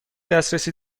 دسترسی